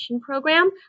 program